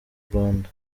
rwanda